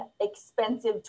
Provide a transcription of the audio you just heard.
expensive